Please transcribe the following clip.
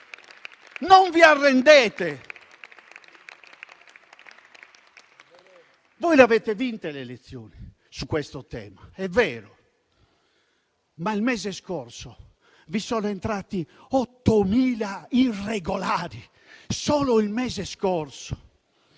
Non vi arrendete. Avete vinto le elezioni su questo tema, è vero, ma il mese scorso vi sono entrati 8.000 irregolari; solo il mese scorso.